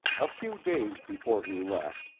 a few days before he left,